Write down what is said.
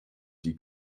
die